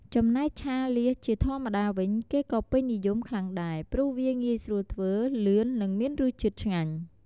ចំណែកឆាលៀសជាធម្មតាវិញ គេក៏ពេញនិយមខ្លាំងដែរ ព្រោះវាងាយស្រួលធ្វើ លឿន និងមានរសជាតិឆ្ញាញ់។